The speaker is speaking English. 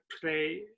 play